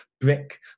brick